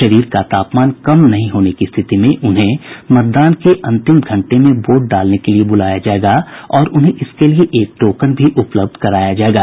शरीर का तापमान कम नहीं होने की स्थिति में उन्हें मतदान के अंतिम घंटे में वोट डालने के लिये बुलाया जायेगा और उन्हें इसके लिये एक टोकन भी उपलब्ध कराया जायेगा